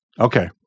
Okay